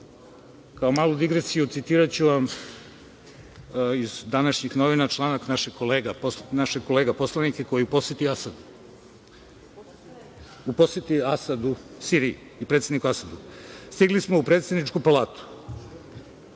kao malu digresiju citiraću vam iz današnjih novina članak našeg kolege poslanika koji je u poseti Asadu – Siriji, i predsedniku Asadu. „Stigli smo u predsedničku palatu.